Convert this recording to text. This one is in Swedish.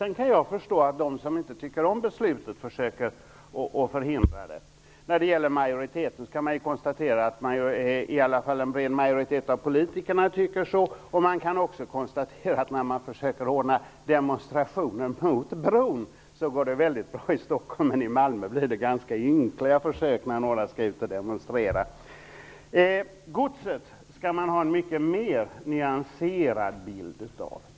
Jag kan förstå att de som inte tycker om beslutet försöker att förhindra det. Man kan konstatera att i alla fall en bred majoritet av politikerna stöder detta. Man kan också konstatera att det går väldigt bra att anordna demonstrationer mot bron i Stockholm, men i Malmö blir det ganska ynkliga försök när några skall demonstrera. Man skall ha en mycket mer nyanserad bild av godset.